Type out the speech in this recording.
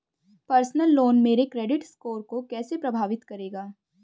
Personal loan मेरे credit score को कैसे प्रभावित करेगा?